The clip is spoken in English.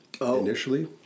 initially